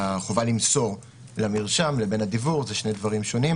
החובה למסור למרשם לבין הדיוור זה שני דברים שונים.